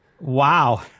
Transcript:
Wow